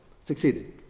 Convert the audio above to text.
succeeded